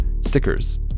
stickers